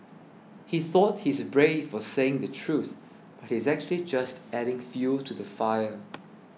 he thought he's brave for saying the truth but he's actually just adding fuel to the fire